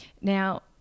Now